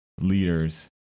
leaders